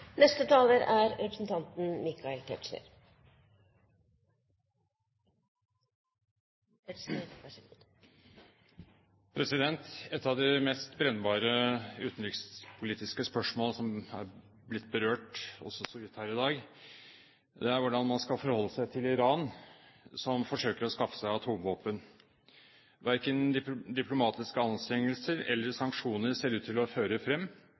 Et av de mest brennbare utenrikspolitiske spørsmål, som også er blitt berørt så vidt her i dag, er hvordan man skal forholde seg til Iran, som forsøker å skaffe seg atomvåpen. Verken diplomatiske anstrengelser eller sanksjoner ser ut til å føre frem,